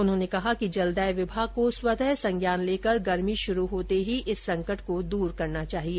उन्होंने कहा कि जलदाय विभाग को स्वतः संज्ञान लेकर गर्मी शुरू होते ही इस संकट को दूर करना चाहिए